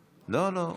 לא, לא.